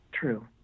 true